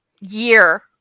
Year